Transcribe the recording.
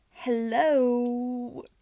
Hello